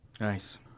Nice